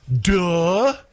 Duh